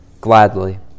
gladly